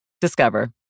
Discover